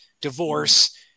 divorce